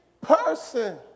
person